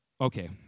Okay